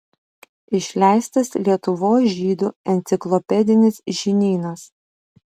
išleistas lietuvos žydų enciklopedinis žinynas